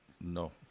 No